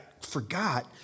forgot—